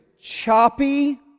choppy